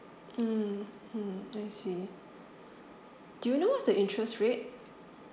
mm hmm I see do you know what's the interest rate